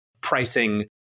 pricing